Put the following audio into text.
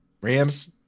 Rams